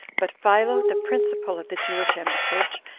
but philo, the principal of the jewish embassage,